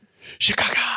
Chicago